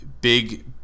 Big